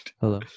Hello